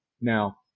Now